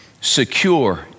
secure